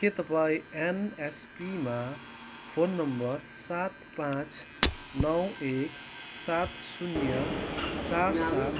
के तपाईँँ एनएसपीमा फोन नम्बर सात पाँच नौ एक सात शून्य चार सात